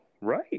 Right